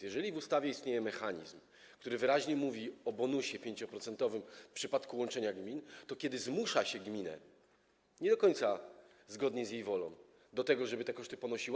Jeżeli w ustawie istnieje mechanizm, który wyraźnie mówi o 5-procentowym bonusie w przypadku łączenia gmin, to kiedy zmusza się gminę, nie do końca zgodnie z jej wolą, do tego, żeby te koszty ponosiła.